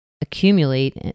accumulate